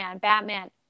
Batman